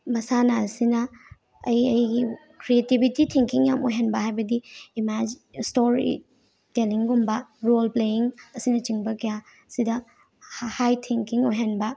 ꯃꯁꯥꯟꯅ ꯑꯁꯤꯅ ꯑꯩ ꯑꯩꯒꯤ ꯀ꯭ꯔꯦꯇꯤꯚꯤꯇꯤ ꯊꯤꯡꯀꯤꯡ ꯌꯥꯝ ꯑꯣꯏꯍꯟꯕ ꯍꯥꯏꯕꯗꯤ ꯏꯃꯥꯖꯤꯟ ꯁ꯭ꯇꯣꯔꯤ ꯇꯦꯜꯂꯤꯡꯒꯨꯝꯕ ꯔꯣꯜ ꯄ꯭ꯂꯦꯌꯤꯡ ꯑꯁꯤꯅꯆꯤꯡꯕ ꯀꯌꯥ ꯑꯁꯤꯗ ꯍꯥꯏ ꯊꯤꯡꯀꯤꯡ ꯑꯣꯏꯍꯟꯕ